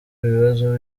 ibibazo